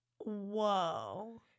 Whoa